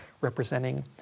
representing